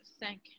thank